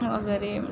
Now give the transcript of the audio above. वगैरे